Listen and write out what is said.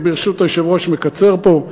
ברשות היושב-ראש אני מקצר פה,